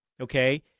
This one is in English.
Okay